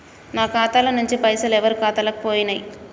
నా ఖాతా ల నుంచి పైసలు ఎవరు ఖాతాలకు పోయినయ్?